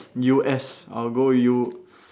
U_S I'll go U